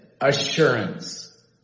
assurance